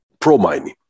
pro-mining